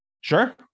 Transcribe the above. sure